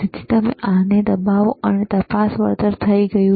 તેથી તમે આને દબાવો અને તપાસ વળતર થઈ ગયું